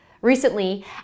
Recently